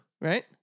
Right